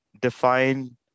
define